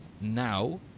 now